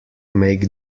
make